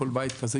כל בית כזה,